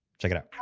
check it out.